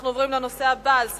אנחנו עוברים לנושא הבא על סדר-היום: